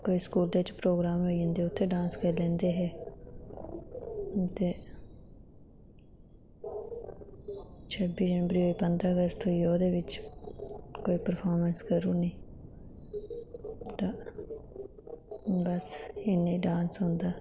कोई स्कूलै च प्रोग्राम होई जंदे हे उत्थै डांस करी लैंदे हे ते छब्बी जनवरी होई पंदरां अगस्त होईया ओह्दे च कुदै प्रफामैंस करी ओड़नी बस इयां डांस होंदा